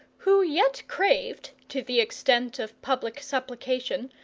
who yet craved, to the extent of public supplication,